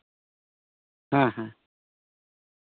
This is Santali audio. ᱦᱮᱸ ᱦᱮᱸ